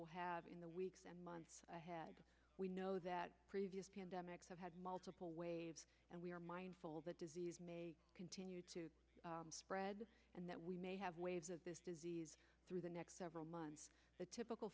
will have in the weeks and months ahead we know that previous pandemics have had multiple waves and we are mindful that disease may continue to spread and that we may have waves of this disease through the next several months the typical